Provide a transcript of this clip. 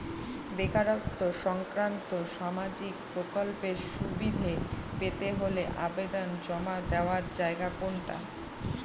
বেকারত্ব সংক্রান্ত সামাজিক প্রকল্পের সুবিধে পেতে হলে আবেদন জমা দেওয়ার জায়গা কোনটা?